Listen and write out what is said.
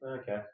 Okay